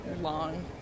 long